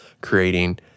creating